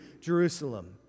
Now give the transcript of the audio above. Jerusalem